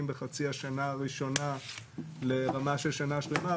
בחצי השנה הראשונה לרמה של שנה שלמה,